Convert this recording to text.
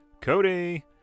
Cody